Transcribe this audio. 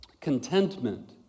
Contentment